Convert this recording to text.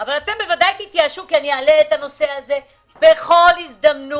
אבל אתם בוודאי תתייאשו כי אני אעלה את הנושא הזה בכל הזדמנות,